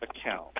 account